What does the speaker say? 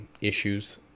issues